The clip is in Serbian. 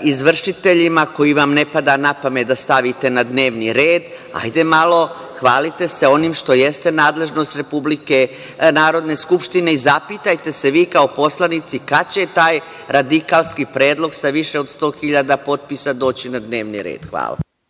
izvršiteljima koji vam ne pada na pamet da stavite na dnevni red. Ajde malo hvalite se onim što jeste nadležnost Narodne skupštine. Zapitajte se vi kao poslanici kada će taj radikalski predlog sa više od 100.000 potpisa doći na dnevni red? Hvala.